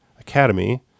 Academy